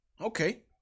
Okay